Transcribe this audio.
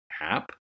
app